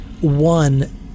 one